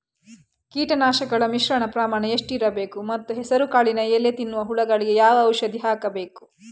ಕೀಟನಾಶಕಗಳ ಮಿಶ್ರಣ ಪ್ರಮಾಣ ಎಷ್ಟು ಇರಬೇಕು ಮತ್ತು ಹೆಸರುಕಾಳಿನ ಎಲೆ ತಿನ್ನುವ ಹುಳಗಳಿಗೆ ಯಾವ ಔಷಧಿ ಹಾಕಬೇಕು?